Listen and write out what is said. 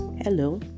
Hello